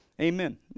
Amen